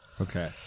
Okay